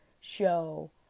show